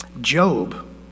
Job